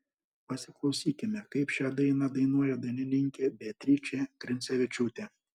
pasiklausykime kaip šią dainą dainuoja dainininkė beatričė grincevičiūtė